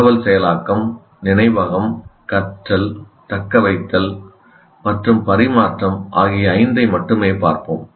தகவல் செயலாக்கம் நினைவகம் கற்றல் தக்கவைத்தல் மற்றும் பரிமாற்றம் ஆகிய ஐந்தை மட்டுமே பார்ப்போம்